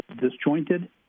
disjointed